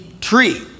tree